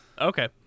okay